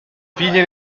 figlie